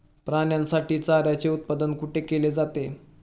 प्राण्यांसाठी चाऱ्याचे उत्पादन कुठे केले जाते?